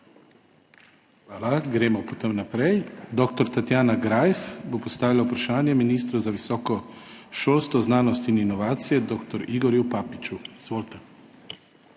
Hvala. Gremo naprej. Dr. Tatjana Greif bo postavila vprašanje ministru za visoko šolstvo, znanost in inovacije dr. Igorju Papiču. Izvolite.